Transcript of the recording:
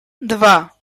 dwa